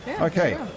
Okay